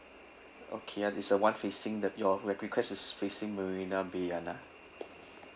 okay ah is the one facing that your re~ request is facing marina bay [one] ah